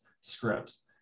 Scripts